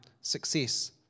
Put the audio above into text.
Success